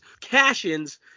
Cash-ins